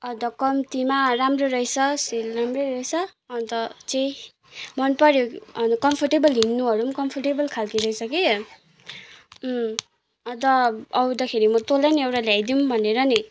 अन्त कम्तीमा राम्रो रहेछ सेल राम्रै रहेछ अन्त चाहिँ मनपऱ्यो अन्त कम्फर्टेबल हिँड्नुहरू पनि कम्फोर्टेबल खालको रहेछ कि अँ अन्त आउँदाखेरि म तँलाई नि एउटा ल्याइदिउँ भनेर नि